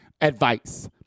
advice